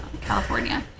California